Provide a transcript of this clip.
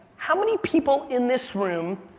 how many people in this room,